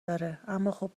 داره، اماخب